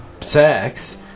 sex